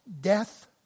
death